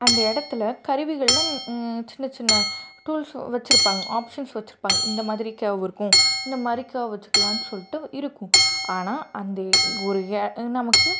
அந்த இடத்துல கருவிகள்ல சின்ன சின்ன டூல்ஸ் வச்சிருப்பாங்க ஆப்ஷன்ஸ் வச்சிருப்பாங்கள் இந்தமாதிரி கேர்வ் இருக்கும் இந்தமாதிரி கேர்வ் வச்சிக்கலான்னு சொல்லிட்டு இருக்கும் ஆனால் அந்த ஒரு எ நமக்கு